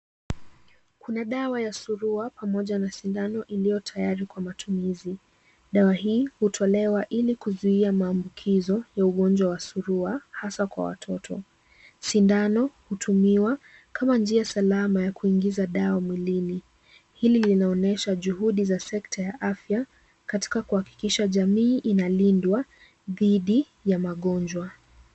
Kuna dawa ya surua pamoja na sindano iliyo tayari kwa matumizi. Dawa hii hutolewa ili kuzuia maambukizo ya ugonjwa wa surua hasa kwa watoto. Sindano hutumiwa kama njia salama ya kuingiza dawa mwilini. Hili linaonyesha juhudi za sekta ya afya katika kuhakikisha jamii inalindwa dhidi ya magonjwa.